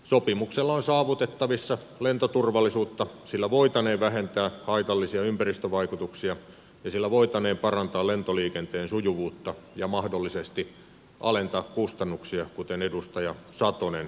sopimuksella on saavutettavissa lentoturvallisuutta sillä voitaneen vähentää haitallisia ympäristövaikutuksia ja sillä voitaneen parantaa lentoliikenteen sujuvuutta ja mahdollisesti alentaa kustannuksia kuten edustaja satonen esittelypuheenvuorossa totesi